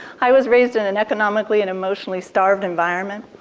i was raised in an economically and emotionally starved environment.